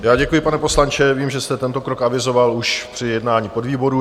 Já děkuji, pane poslanče, vím, že jste tento krok avizoval už při jednání podvýborů.